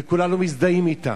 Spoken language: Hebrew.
וכולנו מזדהים אתה,